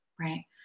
right